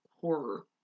horror